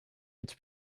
its